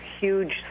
huge